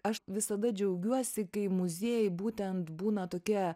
aš visada džiaugiuosi kai muziejai būtent būna tokie